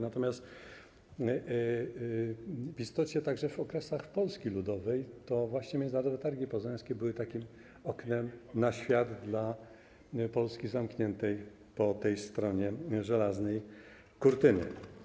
Natomiast w istocie także w okresie Polski Ludowej to właśnie Międzynarodowe Targi Poznańskie były takim oknem na świat dla Polski zamkniętej po tej stronie żelaznej kurtyny.